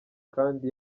kandi